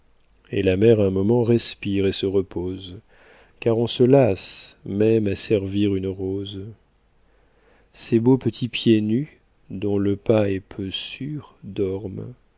et la mère un moment respire et se repose car on se lasse même à servir une rose ses beaux petits pieds nus dont le pas est peu sûr